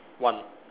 one